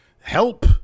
help